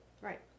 Right